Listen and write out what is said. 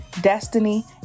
destiny